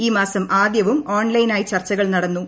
ഈ മാസം ആദ്യവും ഓൺലൈൻ ആയി ചർച്ചകൾ നടന്നു